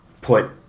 put